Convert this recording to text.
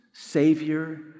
Savior